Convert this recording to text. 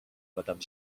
madame